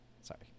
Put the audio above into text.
sorry